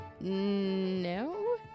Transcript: No